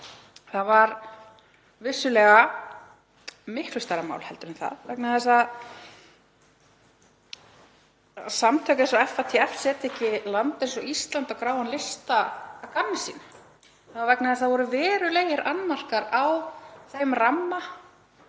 Það var vissulega miklu stærra mál en það vegna þess að samtök eins og FATF setja ekki land eins og Ísland á gráan lista að gamni sínu. Það var vegna þess að það voru verulegir annmarkar á þeim ramma